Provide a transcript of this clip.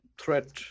threat